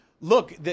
look